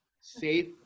safe